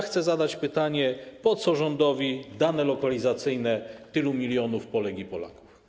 Chcę zadać pytanie: Po co rządowi dane lokalizacyjne tylu milionów Polek i Polaków?